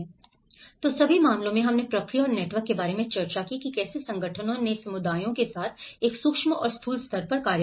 इसीलिए सभी मामलों में हमने प्रक्रिया और नेटवर्क के बारे में चर्चा की कि कैसे संगठनों ने समुदायों के साथ एक सूक्ष्म और स्थूल स्तर पर कार्य किया